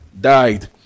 died